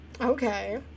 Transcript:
Okay